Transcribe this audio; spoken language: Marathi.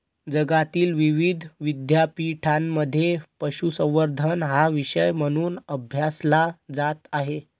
जगातील विविध विद्यापीठांमध्ये पशुसंवर्धन हा विषय म्हणून अभ्यासला जात आहे